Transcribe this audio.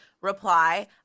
reply